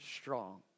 strong